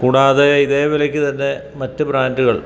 കൂടാതെ ഇതേ വിലയ്ക്ക് തന്നെ മറ്റ് ബ്രാൻഡുകൾ